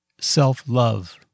self-love